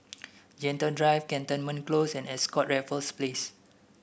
Gentle Drive Cantonment Close and Ascott Raffles Place